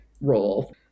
role